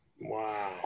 wow